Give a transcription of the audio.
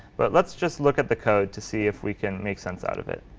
but let's just look at the code to see if we can make sense out of it.